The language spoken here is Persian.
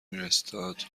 میرستاد